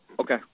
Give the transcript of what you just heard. Okay